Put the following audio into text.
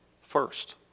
first